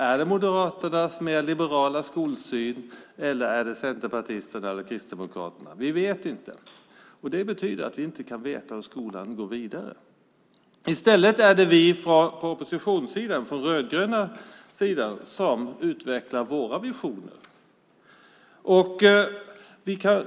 Är det Moderaternas mer liberala skolsyn eller är det Centerpartiet eller Kristdemokraterna? Vi vet inte. Det betyder att vi inte kan veta hur skolan går vidare. I stället är det vi från oppositionen - den rödgröna sidan - som utvecklar våra visioner.